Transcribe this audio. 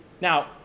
Now